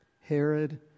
Herod